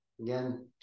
Again